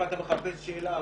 אם אתה מחפש שאלה,